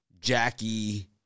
Jackie